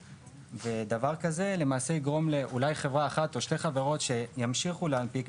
דבר כזה יגרום לחברה אחת או שתיים שימשיכו להנפיק,